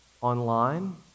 online